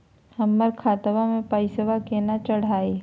हमर खतवा मे पैसवा केना चढाई?